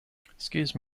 excuse